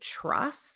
trust